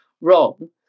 wrong